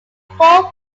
four